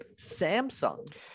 Samsung